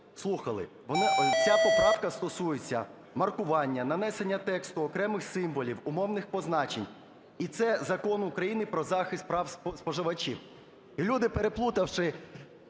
слухали – ця поправка стосується маркування, нанесення тексту, окремих символів, умовних позначень, і це – Закон України "Про захист прав споживачів". Люди, переплутавши